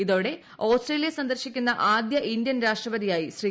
ഇതോടെ ഓസ്ട്രേലിയ സന്ദർശിക്കുന്ന ആദ്യ ഇന്ത്യൻ രാഷ്ട്രപതിയായി ശ്രീ